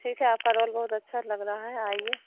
ठीक है आपका रोल बहुत अच्छा लग रहा है आइए